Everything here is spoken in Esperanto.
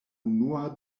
unua